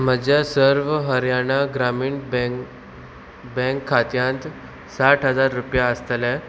म्हज्या सर्व Haryana Gramin bank bank खात्यांत साठ हजार रुपया आसतले